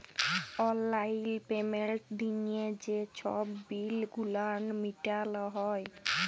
অললাইল পেমেল্ট দিঁয়ে যে ছব বিল গুলান মিটাল হ্যয়